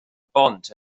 bont